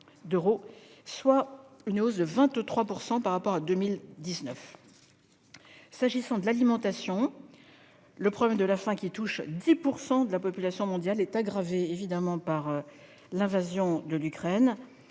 soit une hausse de 23 % par rapport à 2019. Pour ce qui a trait à l'alimentation, le problème de la faim, qui touche 10 % de la population mondiale, est aggravé par l'invasion de l'Ukraine.